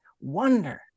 wonder